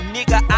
Nigga